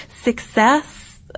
success